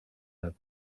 nad